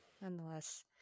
Nonetheless